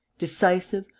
decisive,